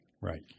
Right